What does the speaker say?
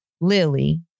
Lily